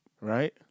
Right